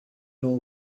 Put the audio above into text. all